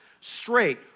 straight